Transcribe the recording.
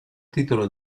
titolo